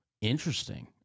Interesting